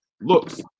looks